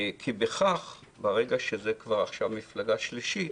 כי בכך, ברגע שזה כבר עכשיו מפלגה שלישית